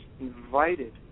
invited